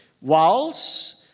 whilst